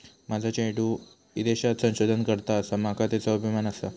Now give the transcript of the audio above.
माझा चेडू ईदेशात संशोधन करता आसा, माका त्येचो अभिमान आसा